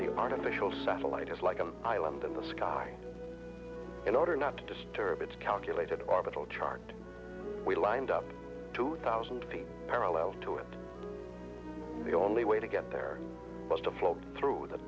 the artificial satellite is like an island in the sky in order not to disturb its calculated orbital chart we lined up two thousand people parallel to it the only way to get there was to flow through the